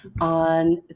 on